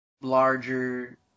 larger